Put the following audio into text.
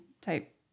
type